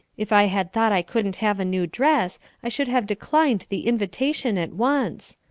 if i had thought i couldn't have a new dress i should have declined the invitation at once.